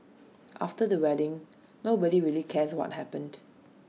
after the wedding nobody really cares what happened